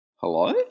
Hello